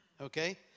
Okay